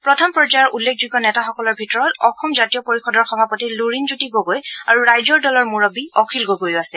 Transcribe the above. প্ৰথম পৰ্য্যায়ৰ উল্লেখযোগ্য নেতাসকলৰ ভিতৰত অসম জাতীয় পৰিয়দৰ সভাপতি লুৰীণ জ্যোতি গগৈ আৰু ৰাইজৰ দলৰ মূৰববী অখিল গগৈও আছে